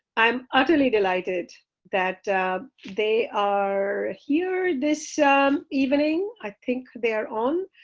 i'm utterly delighted that they are here this evening. i think they are on,